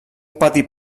petit